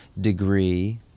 degree